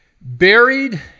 buried